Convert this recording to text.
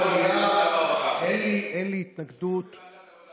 אבל חס וחלילה שהנשים במדינת ישראל יקבלו את ההגנה הזו.